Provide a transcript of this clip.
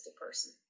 person